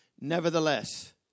Nevertheless